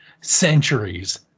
centuries